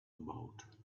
about